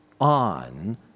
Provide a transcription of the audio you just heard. on